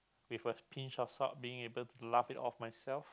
with a pinch of salt being able to laugh it off myself